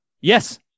Yes